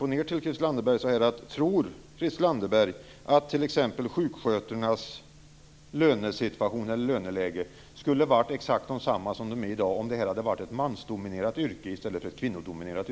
Christel Anderberg: Tror Christel Anderberg att t.ex. sjuksköterskornas löneläge skulle ha varit detsamma som det är i dag om det hade varit ett mansdominerat yrke i stället för ett kvinnodominerat?